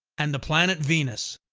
and the planet venus.